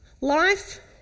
life